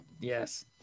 Yes